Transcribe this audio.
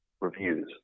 reviews